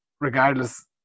regardless